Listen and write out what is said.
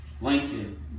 Lincoln